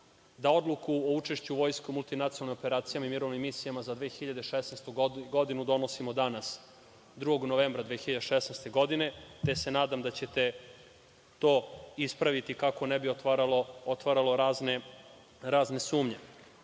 da odluku o učešću Vojske u multinacionalnim operacijama i mirovnim misijama za 2016. godinu donosimo danas, 2. novembra 2016. godine, te se nadam da ćete to ispraviti, kako ne bi otvaralo razne sumnje. Vojska